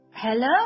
Hello